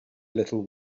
little